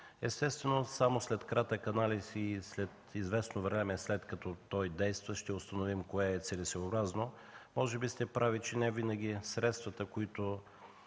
Естествено само след кратък анализ и след известно време, след като той действа, ще установим кое е целесъобразно. Може би сте прави, че невинаги средствата, които